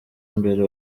mbere